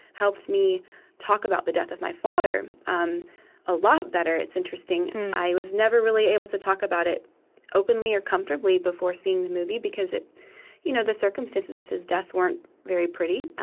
helped me talk about the death of my father um a lot better. it's interesting i was never really able to talk about it openly or comfortably, before seeing the movie, because it you know the circumstances of his death weren't very pretty.